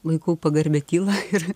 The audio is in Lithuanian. laikau pagarbią tylą ir